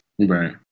Right